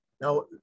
Now